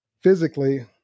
physically